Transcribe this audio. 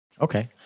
Okay